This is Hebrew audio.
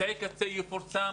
אמצעי קצה, יפורסם